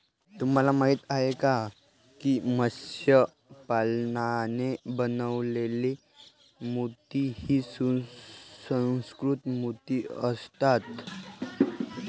तुम्हाला माहिती आहे का की मत्स्य पालनाने बनवलेले मोती हे सुसंस्कृत मोती असतात